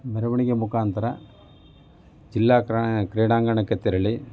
ಮೆರವಣಿಗೆ ಮುಖಾಂತರ ಜಿಲ್ಲಾ ಕ ಕ್ರೀಡಾಂಗಣಕ್ಕೆ ತೆರಳಿ